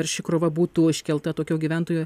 ar ši krova būtų iškelta tokio gyventojo